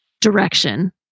direction